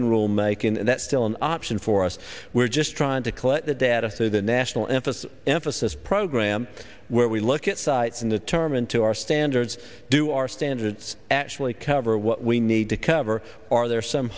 rulemaking and that's still an option for us we're just trying to collect the data through the national emphasis emphasis program where we look at sites in the term and to our standards do our standards actually cover what we need to cover are there some